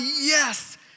yes